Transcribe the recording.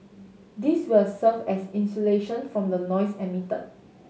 this will serve as insulation from the noise emitted